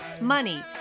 money